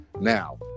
now